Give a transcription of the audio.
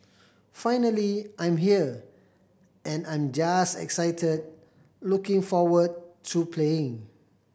finally I'm here and I'm just excited looking forward to playing